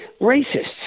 racists